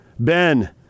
Ben